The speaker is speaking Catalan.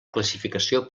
classificació